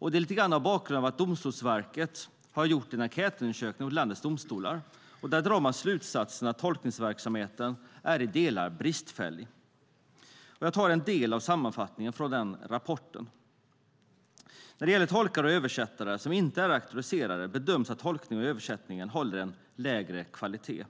En del av bakgrunden är att Domstolsverket har gjort en enkätundersökning vid landets domstolar och dragit slutsatsen att tolkningsverksamheten delvis är bristfällig. Jag ska läsa upp en del av sammanfattningen av rapporten. När det gäller tolkar och översättare som inte är auktoriserade bedöms att tolkningen och översättningen håller en lägre kvalitet.